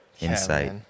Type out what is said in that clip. insight